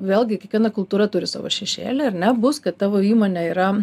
vėlgi kiekviena kultūra turi savo šešėlį ar ne bus kad tavo įmonė yra